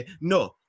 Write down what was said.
No